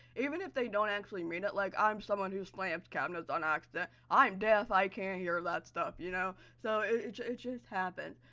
even if they don't actually mean it, like, i'm someone who slams cabinets on accident, i'm deaf, i can't hear that stuff, you know, so, it just happens.